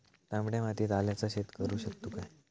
तामड्या मातयेत आल्याचा शेत करु शकतू काय?